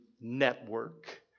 network